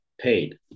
paid